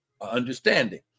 understanding